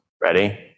Ready